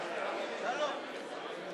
האם אדוני בדק את הקלפי?